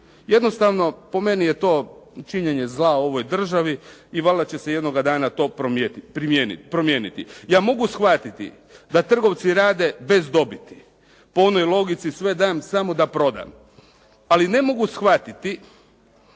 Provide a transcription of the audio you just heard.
Jednostavno, po meni je to činjenje zla ovoj državi i valjda će se jednog dana to promijeniti. Ja mogu shvatiti da trgovci rade bez dobiti po onoj logici "sve dam samo da prodam" ali ne mogu shvatiti